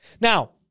Now